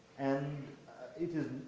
and it is,